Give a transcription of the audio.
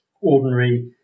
ordinary